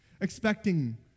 expecting